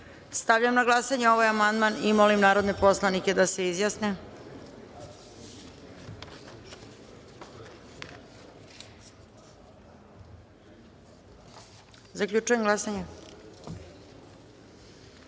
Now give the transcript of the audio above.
amandman. Stavljam na glasanje ovaj amandman. Molim narodne poslanike da se izjasne. Zaključujem glasanje: